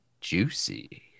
juicy